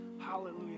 Hallelujah